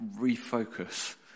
refocus